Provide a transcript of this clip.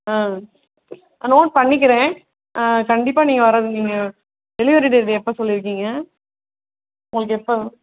ஆ note பண்ணிக்கிறேன் ஆ கண்டிப்பாக நீங்கள் வர்றது நீங்கள் டெலிவரி டேட்டு எப்போ சொல்லிருக்கீங்க உங்களுக்கு எப்போ